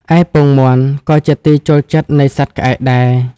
ឯពងមាន់ក៏ជាទីចូលចិត្តនៃសត្វក្អែកដែរ ។